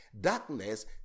darkness